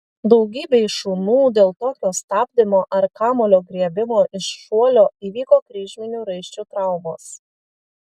daugybei šunų dėl tokio stabdymo ar kamuolio griebimo iš šuolio įvyko kryžminių raiščių traumos